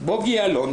בוגי יעלון,